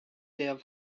their